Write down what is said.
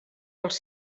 dels